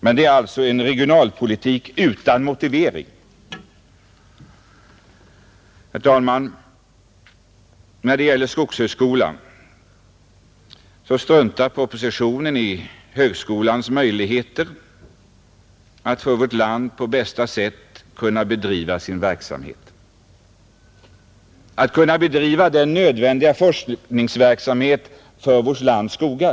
Men det är alltså en regionalpolitik utan motivering. Herr talman! När det gäller skogshögskolan struntar propositionen i högskolans möjligheter att bedriva sin skogliga forskning på för vårt land bästa sätt.